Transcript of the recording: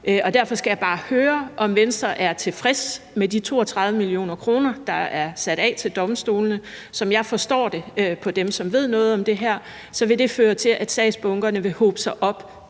Derfor skal jeg bare høre, om Venstre er tilfreds med de 32 mio. kr., der er sat af til domstolene. Som jeg forstår det på dem, som ved noget om det her, så vil det føre til, at sagsbunkerne vil hobe sig